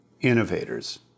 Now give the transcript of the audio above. innovators